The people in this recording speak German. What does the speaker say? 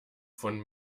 von